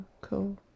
Cool